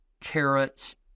carrots